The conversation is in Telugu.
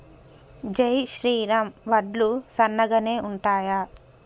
జై శ్రీరామ్ వడ్లు సన్నగనె ఉంటయా?